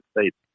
States